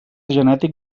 genètic